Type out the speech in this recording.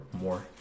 more